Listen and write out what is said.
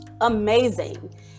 amazing